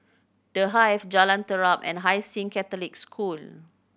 The Hive Jalan Terap and Hai Sing Catholic School